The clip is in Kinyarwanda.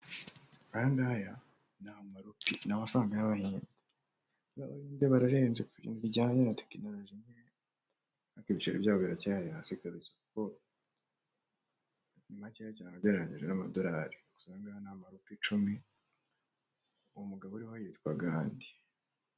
Aya ngaya ni amaropi ni amafaranga y'Abahinde, Abahinde bararenze ku bintu bijyanye na tekinoroji, ariko ibicirori byabo biracyari hasi kabisa, mbo ni makeya cyane ugereranyije n'amadorari, gusa aya ngaya ni amaropi icumi, uwo mugabo uriho yitwaga Hadi.